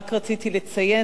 רק רציתי לציין,